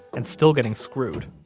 and still getting screwed.